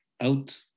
out